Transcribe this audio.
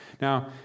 Now